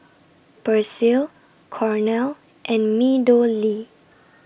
Persil Cornell and Meadowlea